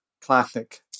classic